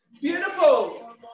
Beautiful